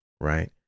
right